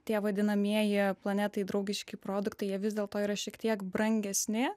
tie vadinamieji planetai draugiški produktai jie vis dėlto yra šiek tiek brangesni